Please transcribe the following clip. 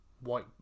white